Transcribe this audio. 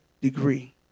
degree